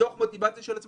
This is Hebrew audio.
מתוך מוטיבציה אישית.